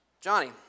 Johnny